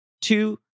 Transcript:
two